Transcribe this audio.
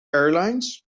airlines